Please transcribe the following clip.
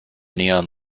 neon